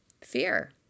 fear